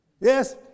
Yes